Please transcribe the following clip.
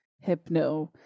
hypno